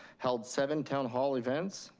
held seven town hall events,